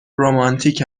رومانتیک